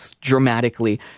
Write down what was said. dramatically